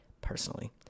personally